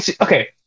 Okay